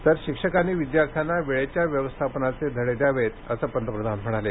तर शिक्षकांनी विद्यार्थ्याना वेळेच्या व्यवस्थापनाचे धडे द्यावेत असं पंतप्रधान मोदी म्हणाले